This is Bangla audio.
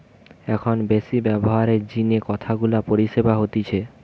এখন বেশি ব্যবহারের জিনে অনেক গুলা পরিষেবা হতিছে